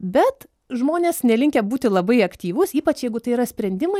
bet žmonės nelinkę būti labai aktyvūs ypač jeigu tai yra sprendimai